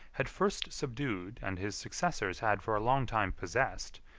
had first subdued, and his successors had for a long time possessed,